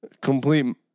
Complete